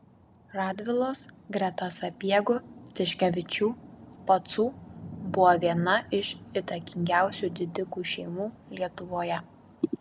radvilos greta sapiegų tiškevičių pacų buvo viena iš įtakingiausių didikų šeimų lietuvoje